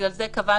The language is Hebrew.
ובגלל זה קבענו,